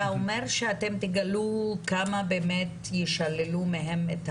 אתה אומר שאתם תגלו כמה באמת ישללו מהם את